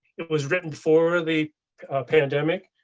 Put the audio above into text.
it was written for the pandemic,